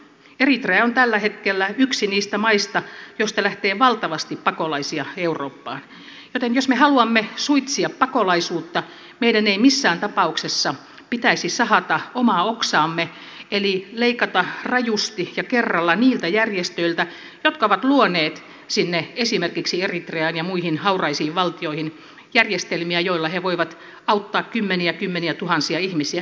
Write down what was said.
eritrea on tällä hetkellä yksi niistä maista joista lähtee valtavasti pakolaisia eurooppaan joten jos me haluamme suitsia pakolaisuutta meidän ei missään tapauksessa pitäisi sahata omaa oksaamme eli leikata rajusti ja kerralla niiltä järjestöiltä jotka ovat luoneet sinne esimerkiksi eritreaan ja muihin hauraisiin valtioihin järjestelmiä joilla ne voivat auttaa kymmeniä kymmeniätuhansia ihmisiä